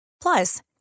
Plus